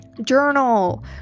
journal